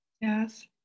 yes